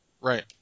Right